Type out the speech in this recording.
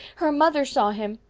her mother saw him.